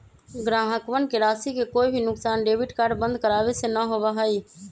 ग्राहकवन के राशि के कोई भी नुकसान डेबिट कार्ड बंद करावे से ना होबा हई